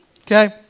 okay